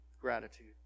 gratitude